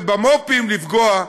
ובמו"פים לפגוע,